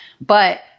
but-